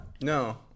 no